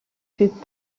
fut